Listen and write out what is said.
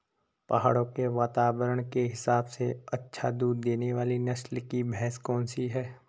पहाड़ों के वातावरण के हिसाब से अच्छा दूध देने वाली नस्ल की भैंस कौन सी हैं?